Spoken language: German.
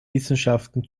wissenschaften